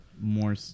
more